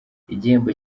igihembo